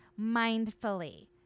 mindfully